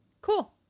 cool